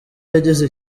yageze